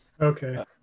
Okay